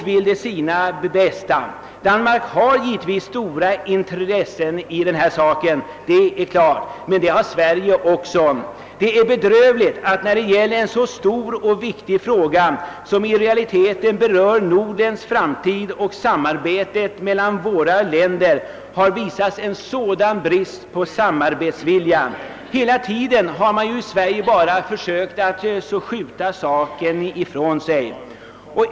Givetvis har Danmark stora intressen i denna fråga, men det har Sverige också. Det är bedrövligt att det i en så stor och viktig fråga, som i realiteten berör Nordens framtid och samarbetet mellan våra länder, visats sådan brist på samarbetsvilja. Hela tiden har man i Sverige försökt skjuta saken ifrån sig.